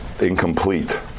incomplete